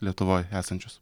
lietuvoj esančius